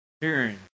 hearing